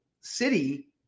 City